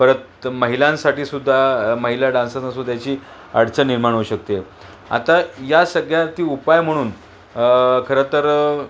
परत महिलांसाठीसुद्धा महिला डान्सरनासुद्धा याची अडचण निर्माण होऊ शकते आता या सगळ्या ती उपाय म्हणून खरं तर